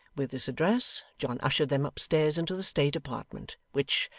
with this address, john ushered them upstairs into the state apartment, which,